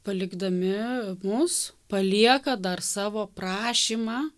palikdami mus palieka dar savo prašymą